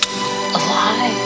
Alive